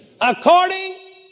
According